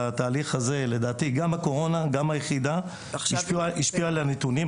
לדעתי, גם הקורונה וגם היחידה השפיעו על הנתונים.